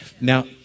now